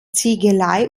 ziegelei